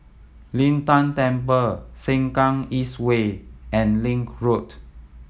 Lin Tan Temple Sengkang East Way and Link Road